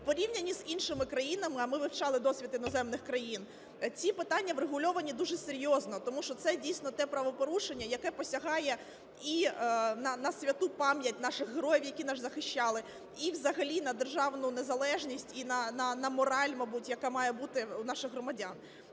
порівнянні з іншими країнами, а ми вивчали досвід іноземних країн, ці питання врегульовані дуже серйозно, тому що це, дійсно, те правопорушення, яке посягає на святу пам'ять наших героїв, які нас захищали, і взагалі на державну незалежність, і на мораль, мабуть, яка має бути у наших громадян.